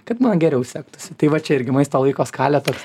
kad man geriau sektųsi tai va čia irgi maisto laiko skalė toks